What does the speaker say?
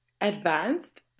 advanced